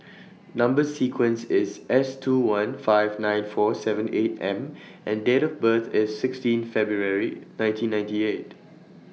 Number sequence IS S two one five nine four seven eight M and Date of birth IS sixteen February nineteen ninety eight